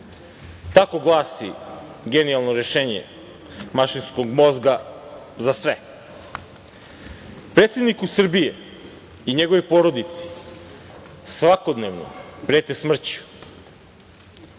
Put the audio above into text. Tako glasi genijalno rešenje mašinskog mozga za sve. Predsedniku Srbije i njegovoj porodici svakodnevno prete smrću,